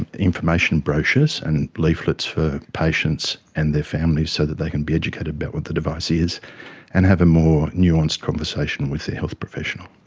information brochures and leaflets for patients and their families so that they can be educated about what the device is and have more nuanced conversation with their health professional.